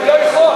הוא לא יכול.